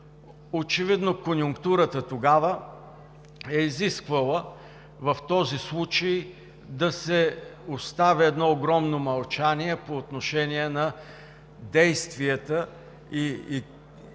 очевидно конюнктурата тогава е изисквала в този случай да се остави едно огромно мълчание по отношение на действията и